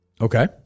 Okay